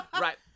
right